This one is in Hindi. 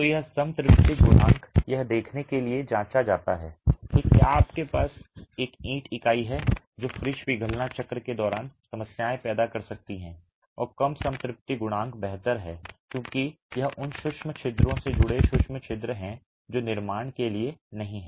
तो यह संतृप्ति गुणांक यह देखने के लिए जांचा जाता है कि क्या आपके पास एक ईंट इकाई है जो फ्रीज पिघलना चक्र के दौरान समस्याएं पैदा कर सकती है और कम संतृप्ति गुणांक बेहतर है क्योंकि यह उन सूक्ष्म छिद्रों से जुड़े सूक्ष्म छिद्र हैं जो निर्माण के लिए नहीं हैं